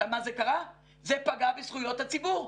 זה פגע בזכויות הציבור,